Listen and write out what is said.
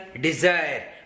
desire